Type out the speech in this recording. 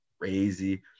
crazy